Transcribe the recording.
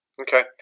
Okay